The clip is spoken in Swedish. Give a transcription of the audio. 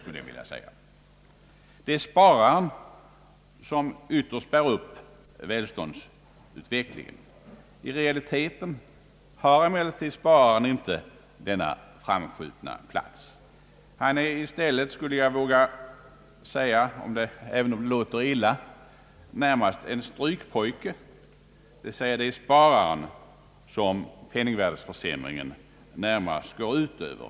Det är nämligen spararen som ytterst bär upp välståndsutvecklingen. I realiteten har spararen inte denna framskjutna plats. Han är i stället, skulle jag våga säga även om det låter illa, närmast en strykpojke, ty det är spararen som :penningvärdeförsämringen närmast går ut över.